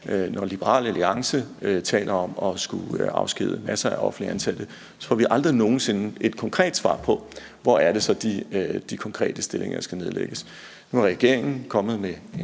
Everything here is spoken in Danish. når Liberal Alliance taler om at skulle afskedige masser af offentligt ansatte, får vi aldrig nogen sinde et konkret svar på, hvor det så er, de konkrete stillinger skal nedlægges.